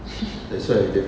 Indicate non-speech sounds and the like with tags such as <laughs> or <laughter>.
<laughs>